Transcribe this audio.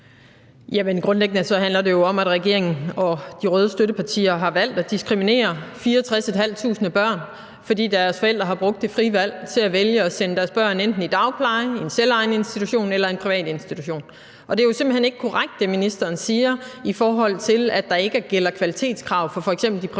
grundlæggende handler det jo om, at regeringen og de røde støttepartier har valgt at diskriminere 64.500 børn, fordi deres forældre har brugt det frie valg til at vælge at sende deres børn enten i dagpleje, i en selvejende institution eller i en privat institution. Og det er jo simpelt hen ikke korrekt, hvad ministeren siger, i forhold til at der ikke gælder kvalitetskrav for f.eks. de private